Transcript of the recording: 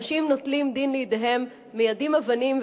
אנשים נוטלים דין לידיהם, מיידים אבנים.